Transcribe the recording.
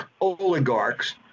oligarchs